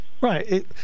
Right